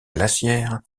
glaciaire